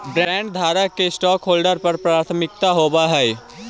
बॉन्डधारक के स्टॉकहोल्डर्स पर प्राथमिकता होवऽ हई